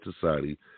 Society